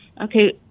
Okay